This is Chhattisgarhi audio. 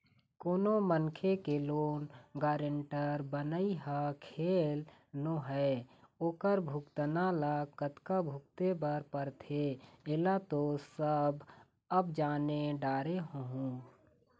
कोनो मनखे के लोन गारेंटर बनई ह खेल नोहय ओखर भुगतना ल कतका भुगते बर परथे ऐला तो सब अब जाने डरे होहूँ